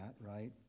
right